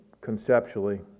conceptually